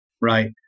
right